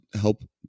help